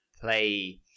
play